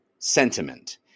Sentiment